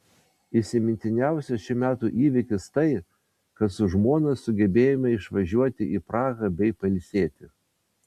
įsimintiniausias šių metų įvykis tai kad su žmona sugebėjome išvažiuoti į prahą bei pailsėti